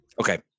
Okay